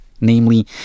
namely